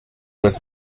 was